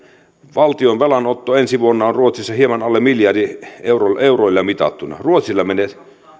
valtion velanotto ensi vuonna on ruotsissa hieman alle miljardi euroilla mitattuna ruotsilla menee